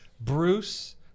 Bruce